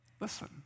Listen